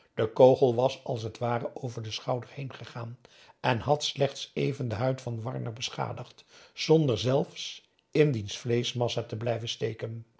de kogel was als het ware over den schouder heengegaan en had slechts even de huid van warner beschadigd zonder zelfs in diens vleeschmassa te blijven steken